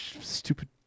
Stupid